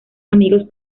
amigos